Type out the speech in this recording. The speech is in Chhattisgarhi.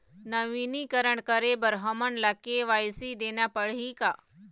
नवीनीकरण करे बर हमन ला के.वाई.सी देना पड़ही का?